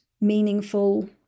meaningful